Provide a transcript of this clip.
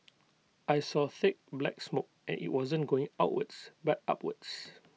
I saw thick black smoke and IT wasn't going outwards but upwards